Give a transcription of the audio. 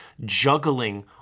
juggling